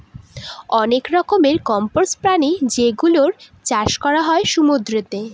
অনেক রকমের কম্বোজ প্রাণী যেগুলোর চাষ করা হয় সমুদ্রতে